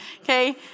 okay